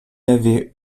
avait